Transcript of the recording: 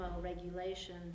regulation